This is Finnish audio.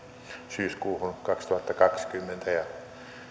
syyskuuhun kaksituhattakaksikymmentä ja